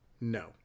No